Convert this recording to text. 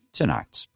tonight